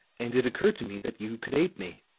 and it occurred to me that you could aid me.